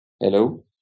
Hello